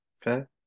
fair